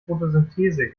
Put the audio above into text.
photosynthese